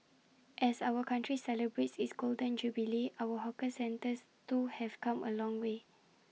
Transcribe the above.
as our country celebrates its Golden Jubilee our hawker centres too have come A long way